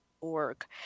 org